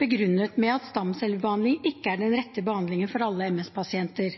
begrunnet med at stamcellebehandling ikke er den rette behandlingen for alle MS-pasienter.